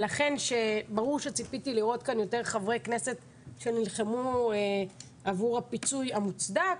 ברור שציפיתי לראות כאן יותר חברי כנסת שנלחמו עבור הפיצוי המוצדק,